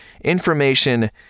information